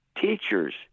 teachers